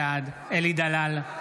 בעד אלי דלל,